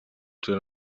turn